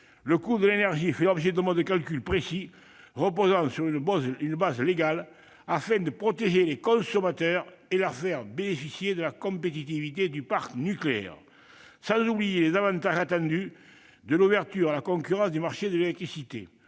Le coût de l'énergie fait l'objet d'un mode de calcul précis reposant sur une base légale afin de protéger les consommateurs et de les faire bénéficier de la compétitivité du parc nucléaire. N'oublions pas les avantages attendus de l'ouverture à la concurrence du marché de l'électricité,